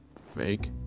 fake